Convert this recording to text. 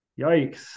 Yikes